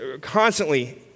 constantly